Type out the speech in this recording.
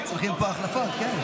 צריכים פה החלפות, כן.